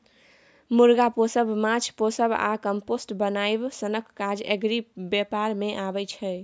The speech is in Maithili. मुर्गा पोसब, माछ पोसब आ कंपोस्ट बनाएब सनक काज एग्री बेपार मे अबै छै